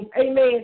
amen